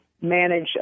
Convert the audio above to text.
manage